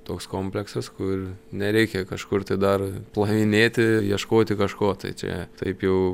toks kompleksas kur nereikia kažkur dar plavinėti ieškoti kažko tai čia taip jau